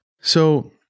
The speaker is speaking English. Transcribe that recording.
So-